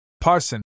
Parson